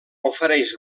ofereix